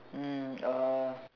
mm uh